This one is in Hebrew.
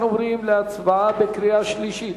אנחנו עוברים להצבעה בקריאה שלישית: